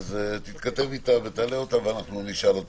מה הנתונים שלכם לגבי האופן שבאמת עושים את